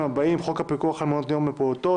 הבאים: חוק הפיקוח על מעוני יום לפעוטות,